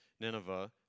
Nineveh